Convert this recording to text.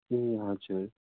ए हजुर